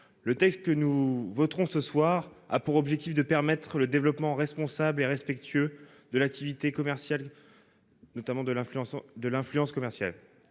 Le texte que nous voterons ce soir a pour objectif de permettre le développement responsable et respectueux de l'activité commerciale. Notamment de l'influence de